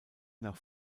nach